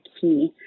key